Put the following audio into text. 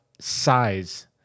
size